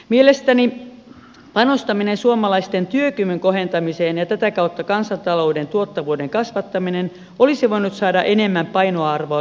mielestäni panostaminen suomalaisten työkyvyn kohentamiseen ja tätä kautta kansantalouden tuottavuuden kasvattaminen olisi voinut saada enemmän painoarvoa tulevaisuusraportissa